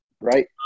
Right